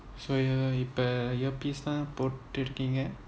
இப்ப:ippa earpiece தான் போட்டுருக்கீங்க:thaan poturukinga